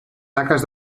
taques